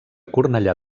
cornellà